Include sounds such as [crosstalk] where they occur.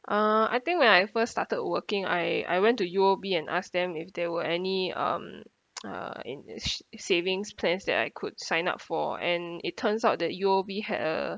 uh I think when I first started working I I went to U_O_B and asked them if there were any um [noise] uh in in s~ savings plans that I could sign up for and it turns out that U_O_B had a